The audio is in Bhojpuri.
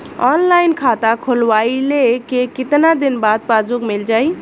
ऑनलाइन खाता खोलवईले के कितना दिन बाद पासबुक मील जाई?